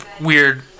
weird